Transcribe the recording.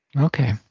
Okay